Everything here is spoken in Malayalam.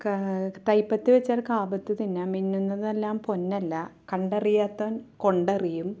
കാ തയ് പത്തു വെച്ചാൽ കാ പത്തു തിന്നാം മിന്നുന്നതെല്ലാം പൊന്നല്ല കണ്ടറിയാത്തവൻ കൊണ്ടറിയും